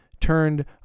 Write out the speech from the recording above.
turned